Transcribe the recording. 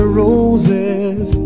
roses